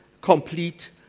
complete